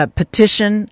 petition